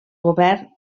govern